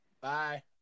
Bye